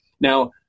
Now